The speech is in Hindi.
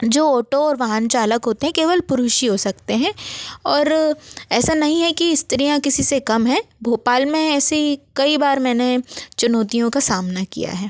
जो ऑटो और वाहन चालक होते हैं केवल पुरुष ही हो सकते हैं और ऐसा नहीं है कि स्त्रियाँ किसी से कम हैं भोपाल में ऐसी कई बार मैंने चुनौतियों का सामना किया है